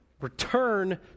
Return